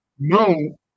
no